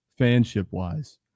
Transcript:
fanship-wise